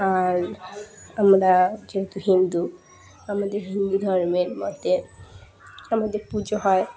আর আমরা যেহেতু হিন্দু আমাদের হিন্দু ধর্মের মতে আমাদের পুজো হয়